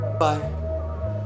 bye